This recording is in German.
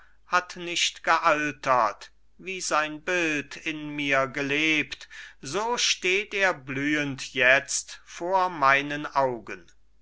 hat nicht gealtert wie sein bild in mir gelebt so steht er blühend jetzt vor meinen augen